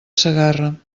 segarra